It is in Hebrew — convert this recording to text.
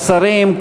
השרים,